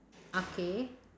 okay